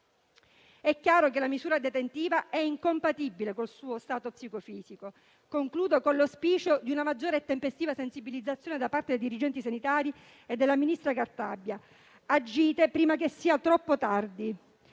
È chiaro che la misura detentiva è incompatibile col suo stato psicofisico. Concludo con l'auspicio di una maggiore e tempestiva sensibilizzazione da parte dei dirigenti sanitari e del ministro Cartabia: agite, prima che sia troppo tardi